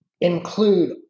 include